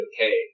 okay